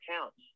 accounts